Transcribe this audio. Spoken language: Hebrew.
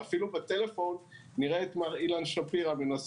ואפילו בטלפון נראה את מר אילן שפירא מנסה